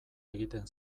egiten